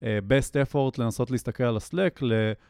best effort לנסות להסתכל על הסלאק,